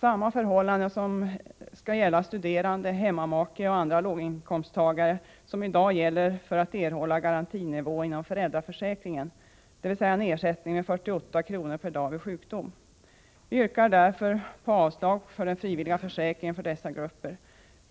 Samma ersättning skall utgå till studerande, hemmamake och andra låginkomsttagare som i dag utgår för den som ligger på den s.k. garantinivån inom föräldraförsäkringen, dvs. en ersättning med 48 kr./dag vid sjukdom. Vi yrkar därför avslag i vad gäller en frivillig försäkring för dessa grupper.